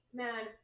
man